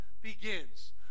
begins